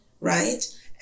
right